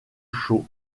chaud